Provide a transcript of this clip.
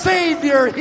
Savior